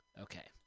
Okay